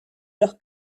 los